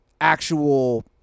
actual